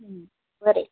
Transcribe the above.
बरें